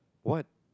what